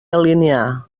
alinear